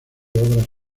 obras